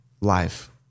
life